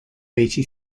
eighty